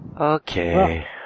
Okay